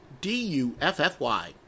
D-U-F-F-Y